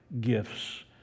gifts